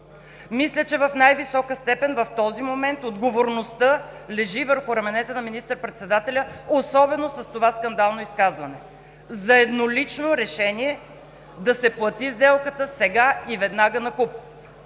Мисля, че в най-висока степен в този момент отговорността лежи върху раменете на министър-председателя, особено с това скандално изказване – за еднолично решение да се плати сделката сега и веднага накуп.